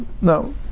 No